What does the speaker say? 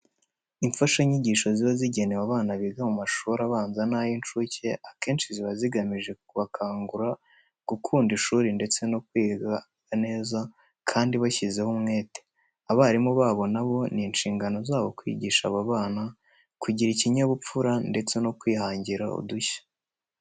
Imfashanyigisho ziba zigenewe abana biga mu mashuri abanza n'ay'incuke akenshi ziba zigamije kubakangurira gukunda ishuri ndetse no kwiga neza kandi bashyizeho umwete. Abarimu babo rero ni inshingano zabo kwigisha aba bana kugira ikinyabupfura ndetse no kwihangira udushya.